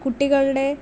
കുട്ടികളുടെ